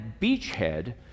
beachhead